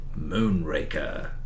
Moonraker